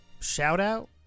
Shout-out